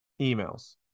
emails